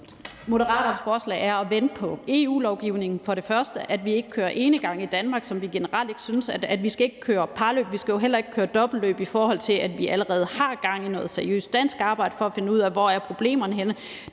Moderaternes forslag er at vente på EU-lovgivningen. Vi skal først og fremmest ikke gå enegang i Danmark. Det synes vi generelt ikke at vi skal. Vi skal ikke køre parløb, og vi skal jo heller ikke køre dobbeltløb, i og med at vi allerede nu har gang i noget seriøst dansk arbejde for at finde ud af, hvor problemerne er henne.